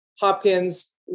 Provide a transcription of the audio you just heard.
Hopkins